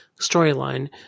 storyline